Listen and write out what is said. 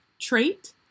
trait